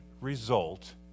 result